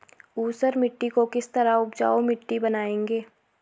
ऊसर मिट्टी को किस तरह उपजाऊ मिट्टी बनाएंगे?